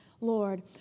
Lord